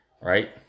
Right